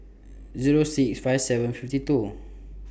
Zero six five seven fifty two